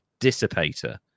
Dissipator